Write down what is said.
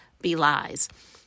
belies